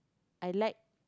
I like